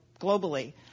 globally